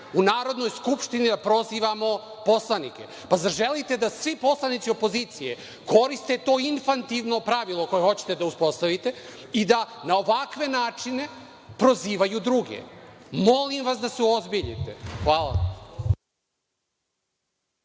u Narodnoj skupštini da prozivamo poslanike. Zar želite da svi poslanici opozicije koriste to infantilno pravilo koje hoćete da uspostavite i da na ovakve načine prozivaju druge? Molim vas da se uozbiljite. Hvala.